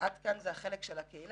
עד כאן זה החלק של הקהילה.